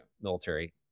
military